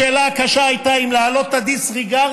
השאלה הקשה הייתה אם להעלות את ה-disregard